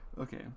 okay